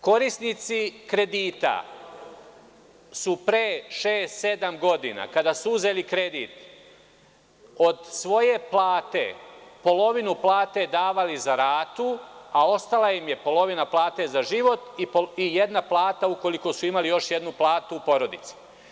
Korisnici kredita su pre šest-sedam godina, kada su uzeli kredit, od svoje plate polovinu plate davali za ratu, a ostala im je polovina plate za život i jedna plata ukoliko su imali još jednu platu u porodici.